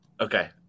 Okay